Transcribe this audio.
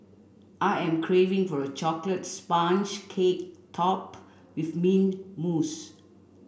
I am craving for a chocolate sponge cake topped with mint mousse